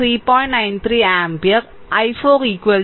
93 ampere i4 2